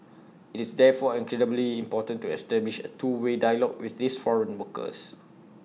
it's therefore incredibly important to establish A two way dialogue with these foreign workers